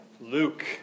Luke